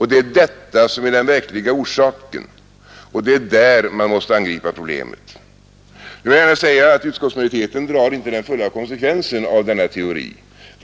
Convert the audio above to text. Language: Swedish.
Det är detta som är den verkliga orsaken, och det är där man måste angripa problemen. Nu vill jag gärna säga att utskottsmajoriteten inte drar den fulla konsekvensen av denna teori.